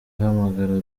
ahamagara